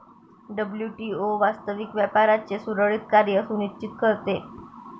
WTO वास्तविक व्यापाराचे सुरळीत कार्य सुनिश्चित करते